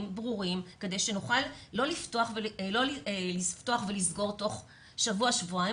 ברורים כדי שנוכל לא לפתוח ולסגור תוך שבוע-שבועיים,